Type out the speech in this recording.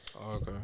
Okay